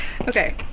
Okay